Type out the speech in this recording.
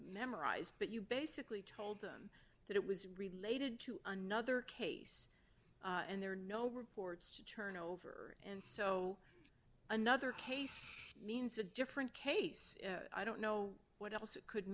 memorized but you basically told them that it was related to another case and there are no reports to turn over and so another case means a different case i don't know what else it could